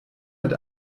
mit